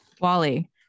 wally